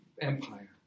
empire